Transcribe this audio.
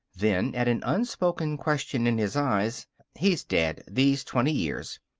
then, at an unspoken question in his eyes he's dead. these twenty years.